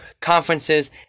conferences